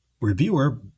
reviewer